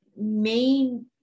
main